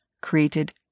Created